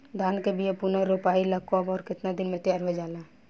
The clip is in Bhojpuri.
धान के बिया पुनः रोपाई ला कब और केतना दिन में तैयार होजाला?